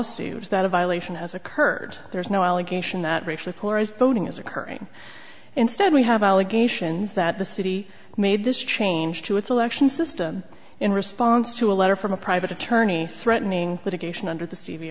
was that a violation has occurred there's no allegation that racially polarized voting is occurring instead we have allegations that the city made this change to its election system in response to a letter from a private attorney threatening litigation under the